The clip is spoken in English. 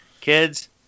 Kids